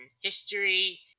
history